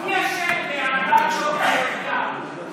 מי אשם בהעלאת יוקר המחיה?